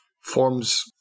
forms